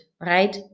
right